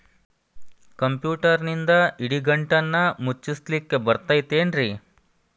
ಕಂಪ್ಯೂಟರ್ನಿಂದ್ ಇಡಿಗಂಟನ್ನ ಮುಚ್ಚಸ್ಲಿಕ್ಕೆ ಬರತೈತೇನ್ರೇ?